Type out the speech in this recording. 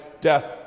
death